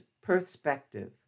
perspective